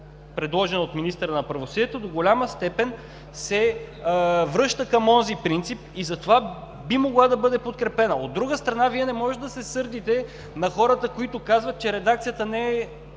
предложена от министъра на правосъдието – се връща към онзи принцип, и затова би могла да бъде подкрепена. От друга страна, Вие не можете да се сърдите на хората, които казват, че редакцията не е